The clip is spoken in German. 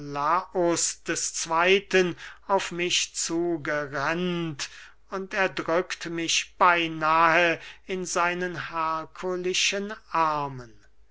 des zweyten auf mich zugerennt und erdrückt mich beynahe in seinen herkulischen armen